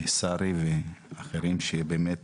את שרי ואחרים שבאמת